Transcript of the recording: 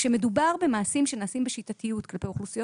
כשמדובר במעשים שנעשים בשיטתיות כלפי אוכלוסיות